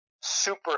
super